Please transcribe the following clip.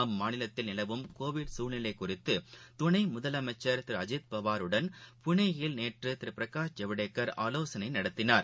அம்மாநிலத்தில் நிலவும் கோவிட் குழ்நிலைகுறித்துதுணைமுதலமைச்சர் திருஅஜீக் பவாருடன் புனேயில் நேற்றுதிருபிரகாஷ் ஜவடேகர் ஆலோசனைநடத்தினார்